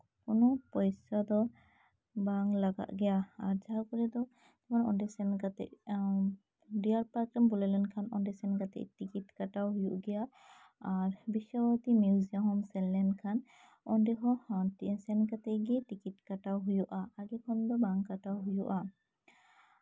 ᱚᱱᱟ ᱯᱚᱭᱥᱟ ᱫᱚ ᱵᱟᱝ ᱞᱟᱜᱟᱜ ᱜᱮᱭᱟ ᱟᱨ ᱚᱸᱰᱮ ᱥᱮᱱ ᱠᱟᱛᱮ ᱰᱤᱭᱟᱨ ᱯᱟᱨᱠᱮᱢ ᱵᱚᱞᱚ ᱞᱮᱱᱠᱷᱟᱱ ᱫᱚ ᱚᱸᱰᱮ ᱥᱮᱱ ᱠᱟᱛᱮ ᱴᱤᱠᱤᱴ ᱠᱟᱴᱟᱣ ᱦᱩᱭᱩᱜ ᱜᱮᱭᱟ ᱟᱨ ᱵᱤᱥᱥᱚᱵᱷᱟᱨᱚᱛᱤ ᱢᱤᱭᱩᱡᱤᱭᱟᱢ ᱦᱚᱸᱢ ᱥᱮᱱ ᱞᱮᱱᱠᱷᱟᱱ ᱚᱸᱰᱮ ᱦᱚᱸ ᱥᱮᱱ ᱠᱟᱛᱮ ᱜᱮ ᱴᱤᱠᱤᱴ ᱠᱟᱴᱟᱣ ᱦᱩᱭᱩᱜᱼᱟ ᱟᱜᱮ ᱠᱷᱚᱱ ᱫᱚ ᱵᱟᱝ ᱠᱟᱴᱟᱣ ᱦᱩᱭᱩᱜᱼᱟ